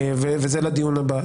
וזה לדיון הבא.